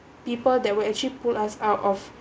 people that will actually pull us out of